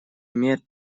имеет